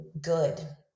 good